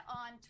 on